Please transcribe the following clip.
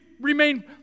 remain